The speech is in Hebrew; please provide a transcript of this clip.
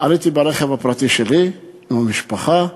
עליתי ברכב הפרטי שלי, עם המשפחה,